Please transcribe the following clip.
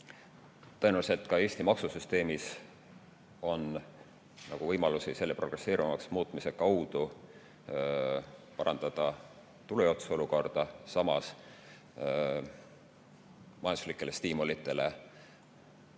tõenäoliselt ka Eesti maksusüsteemis on võimalusi selle progresseeruvamaks muutmise kaudu parandada tulujaotuse olukorda, samas majanduslikele stiimulitele